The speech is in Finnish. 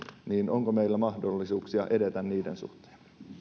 niin onko meillä mahdollisuuksia edetä niiden suhteen